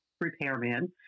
repairman